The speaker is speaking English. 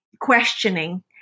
questioning